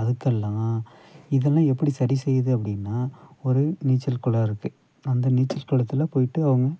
அதுக்கெல்லாம் இதெல்லாம் எப்படி சரி செய்து அப்படின்னா ஒரு நீச்சல் குளம் இருக்குது அந்த நீச்சல் குளத்தில் போயிட்டு அவுங்க